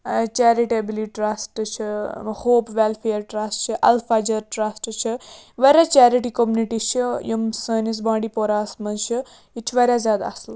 charitably trust چھِ hope welfare trust چھِ اَلفجَر ٹرٛسٹ چھِ واریاہ چٮ۪رِٹی کوٚمنِٹی چھِ یِم سٲنِس بانڈی پوراہَس منٛز چھِ یہِ تہِ چھِ واریاہ زیادٕ اَصٕل